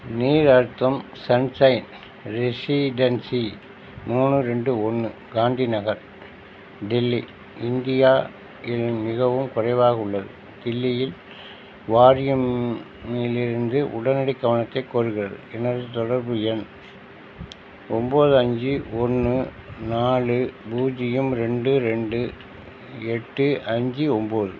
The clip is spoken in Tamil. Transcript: நீர் அழுத்தம் சன்ஷைன் ரெசிடென்சி மூணு ரெண்டு ஒன்று காந்தி நகர் டெல்லி இந்தியா இல் மிகவும் குறைவாக உள்ளது தில்லியில் வாரியம் இலிருந்து உடனடி கவனத்தைக் கோருகிறது எனது தொடர்பு எண் ஒம்போது அஞ்சு ஒன்று நாலு பூஜ்ஜியம் ரெண்டு ரெண்டு எட்டு அஞ்சு ஒம்போது